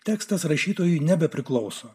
tekstas rašytojui nebepriklauso